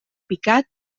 picat